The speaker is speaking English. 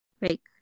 right